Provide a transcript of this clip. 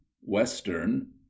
western